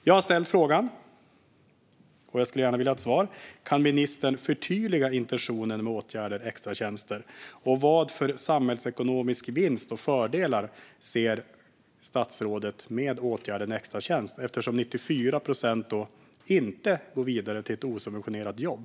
Jag har ställt frågan, och jag skulle gärna vilja ha ett svar: Kan ministern förtydliga intentionen med åtgärden extratjänster, och vilka samhällsekonomiska vinster och fördelar ser statsrådet med åtgärden extratjänster? Det undrar jag, eftersom 94 procent inte går vidare till ett osubventionerat jobb.